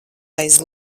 aiz